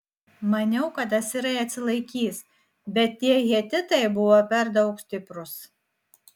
maniau kad asirai atsilaikys bet tie hetitai buvo per daug stiprūs